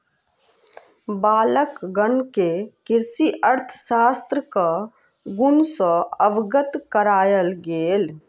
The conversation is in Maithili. बालकगण के कृषि अर्थशास्त्रक गुण सॅ अवगत करायल गेल